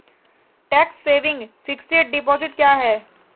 Tax saving fixed deposit क्या है?